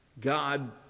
God